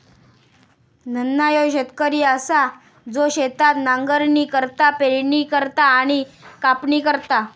धन्ना ह्यो शेतकरी असा जो शेतात नांगरणी करता, पेरणी करता आणि कापणी करता